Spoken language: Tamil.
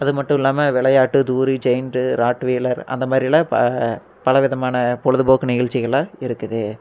அது மட்டும் இல்லாமல் விளையாட்டு தூரி ஜெயின்ட்டு ராட்வீலர் அந்த மாதிரிலாம் ப பல விதமான பொழுதுபோக்கு நிகழ்ச்சிகள்லாம் இருக்குது